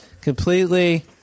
completely